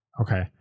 okay